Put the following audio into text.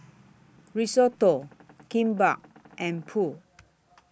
Risotto Kimbap and Pho